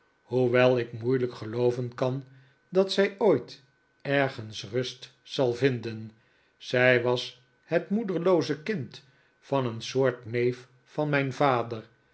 hoewel ik moeilijk gelooven kan r dat zij ooit ergens rust zal vinden zij was het moederlooze kind van een soort neef van mijn vader